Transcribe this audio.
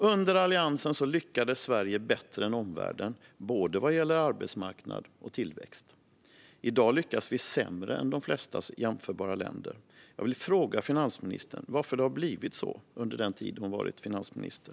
Under Alliansen lyckades Sverige bättre än omvärlden vad gäller både arbetsmarknad och tillväxt. I dag lyckas vi sämre än de flesta jämförbara länder. Jag vill fråga finansministern varför det har blivit så under den tid hon varit finansminister.